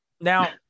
now